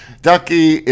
ducky